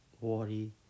worry